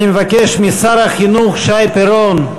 אני מבקש משר החינוך שי פירון,